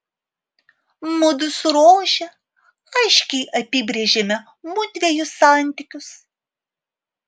mudu su rože aiškiai apibrėžėme mudviejų santykius